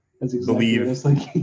believe